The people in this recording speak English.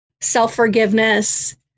self-forgiveness